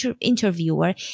interviewer